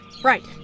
Right